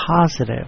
positive